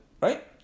right